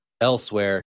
elsewhere